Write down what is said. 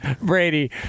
Brady